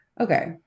okay